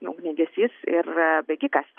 ugniagesys ir bėgikas